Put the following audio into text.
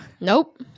nope